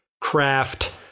craft